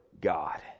God